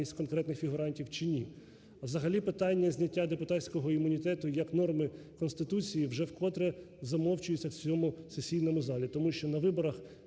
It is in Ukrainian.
Дякую.